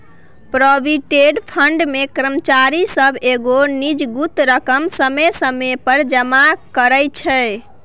provident fund मे कर्मचारी सब एगो निजगुत रकम समय समय पर जमा करइ छै